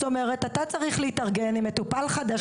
זאת אומרת, אתה צריך להתארגן עם מטופל חדש.